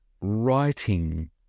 Writing